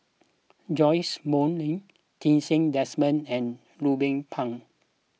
Joash Moo Lee Ti Seng Desmond and Ruben Pang